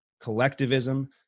collectivism